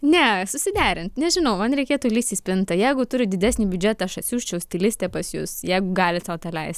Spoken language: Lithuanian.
ne susiderint nežinau man reikėtų lįsti į spintą jeigu turit didesnį biudžetą aš atsiųsčiau stilistę pas jus jeigu galit sau tą leist